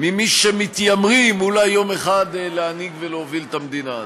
ממי שמתיימרים אולי יום אחד להנהיג ולהוביל את המדינה הזאת.